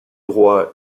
droit